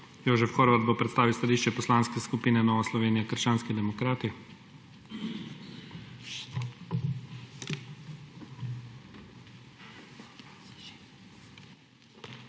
Jožef Horvat bo predstavil stališče Poslanske skupine Nova Slovenija - krščanski demokrati.